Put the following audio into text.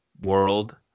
World